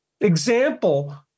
example